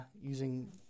using